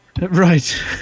right